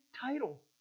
title